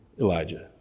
Elijah